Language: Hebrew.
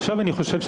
עכשיו אני חושב,